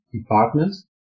departments